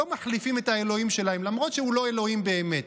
לא מחליפים את האלוהים שלהם למרות שהוא לא אלוהים באמת,